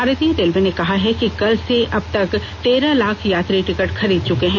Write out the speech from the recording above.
भारतीय रेलवे ने कहा है कि कल से अब तक तेरह लाख यात्री टिकट खरीद चुके हैं